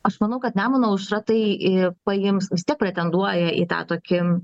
aš manau kad nemuno aušra tai paims vis tiek pretenduoja į tą tokį